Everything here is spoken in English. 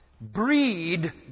breed